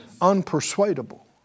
Unpersuadable